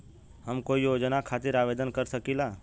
हम कोई योजना खातिर आवेदन कर सकीला?